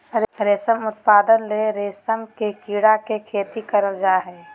रेशम उत्पादन ले रेशम के कीड़ा के खेती करल जा हइ